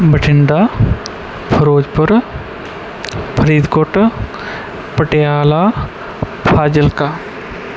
Bathinda Firozpur Faridkot Patiala Fazilka